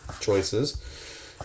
choices